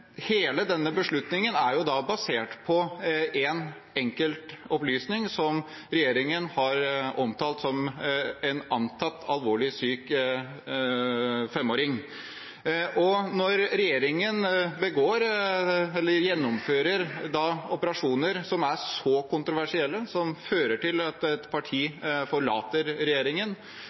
Hele denne beslutningen er basert på én enkelt opplysning, som regjeringen har omtalt som en antatt alvorlig syk femåring. Når regjeringen gjennomfører operasjoner som er så kontroversielle, og som fører til at et parti forlater regjeringen,